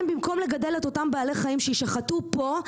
הם במקום לגדל את אותם בעלי חיים שישחטו פה,